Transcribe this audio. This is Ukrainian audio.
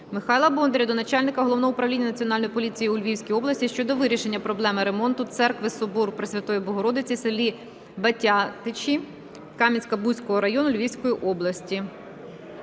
Михайла Бондаря до начальника Головного управління Національної поліції у Львівській області щодо вирішення проблеми ремонту Церкви Собору Пресвятої Богородиці в селі Батятичі Кам'янка-Бузького району Львівської області.